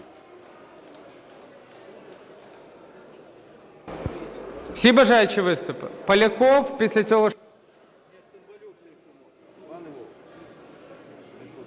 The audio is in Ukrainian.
Всі бажаючі виступили? Поляков. Після цього…